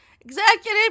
Executive